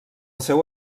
seu